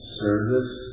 service